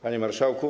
Panie Marszałku!